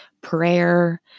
prayer